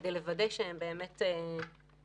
כדי לוודא שהם באמת בסדר.